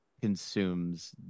consumes